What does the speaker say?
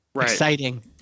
exciting